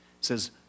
says